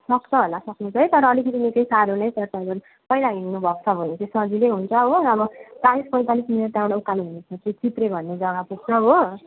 सक्छ होला सक्न चाहिँ तर अलिकति निकै साह्रो नै पर्छ तपाईँ पहिला हिँड्नु भएको छ भने चाहिँ सजिलो हुन्छ हो अब चालिस पैँतालिस मिनट त्यहाँबाट उकालो हिँडे पछि चित्रे भन्ने जगा पुग्छ हो